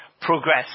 Progress